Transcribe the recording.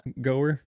goer